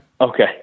Okay